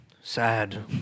Sad